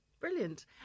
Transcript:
Brilliant